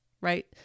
right